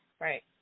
Right